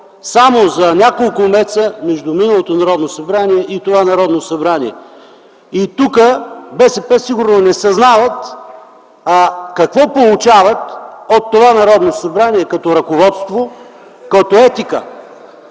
само за няколко месеца между миналото и това Народно събрание. Тук БСП сигурно не съзнават какво получават от това Народно събрание като ръководство, като етика,